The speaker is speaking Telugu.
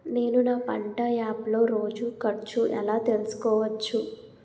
నేను నా పంట యాప్ లో రోజు ఖర్చు ఎలా తెల్సుకోవచ్చు?